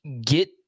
Get